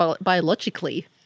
biologically